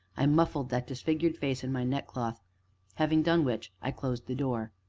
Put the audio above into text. i muffled that disfigured face in my neckcloth having done which, i closed the door.